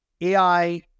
AI